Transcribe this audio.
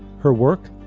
her work,